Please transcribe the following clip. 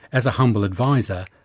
as a humble advisor,